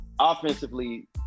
offensively